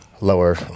lower